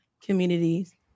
communities